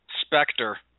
Spectre